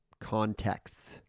contexts